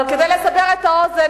אבל כדי לסבר את האוזן,